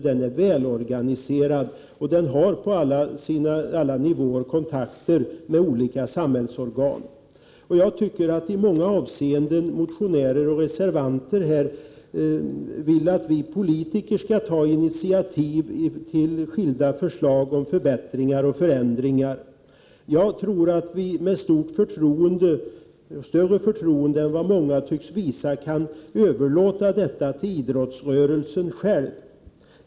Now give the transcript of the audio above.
Den är välorganiserad och har på alla nivåer kontakt med olika samhällsorgan. Motionärer och reservanter vill att vi politiker skall ta initiativ till skilda förbättringar och förändringar. Jag tror att vi med större förtroende än vad många tycks anse kan överlåta detta till idrottsrörelsen själv.